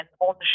on